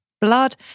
blood